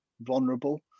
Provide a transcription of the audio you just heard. vulnerable